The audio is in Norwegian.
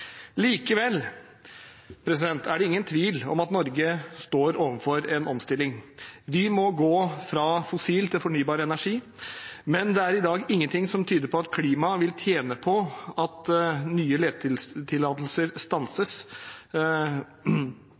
Likevel er det ingen tvil om at Norge står overfor en omstilling. Vi må gå fra fossil til fornybar energi, men det er i dag ingenting som tyder på at klimaet vil tjene på at nye letetillatelser stanses